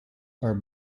are